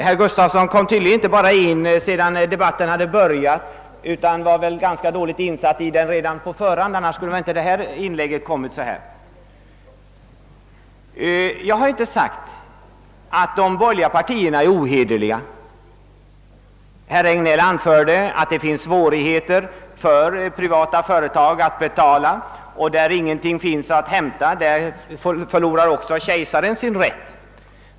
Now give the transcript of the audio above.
Herr Gustafson i Göteborg kom tydligen inte bara in i kammaren sedan debatten hade börjat — han var tydligen också ganska dåligt insatt i saken på förhand; annars skulle väl inte hans inlägg ha gjorts. Jag har inte sagt att de borgerliga partierna är ohederliga. Herr Regnéll anförde att det kan föreligga svårigheter för privata företag att betala och sade att där ingenting finns att hämta, där förlorar också kejsaren sin rätt.